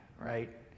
right